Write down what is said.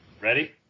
Ready